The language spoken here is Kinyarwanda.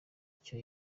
icyo